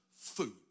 food